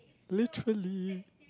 literally